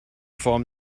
form